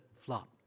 flop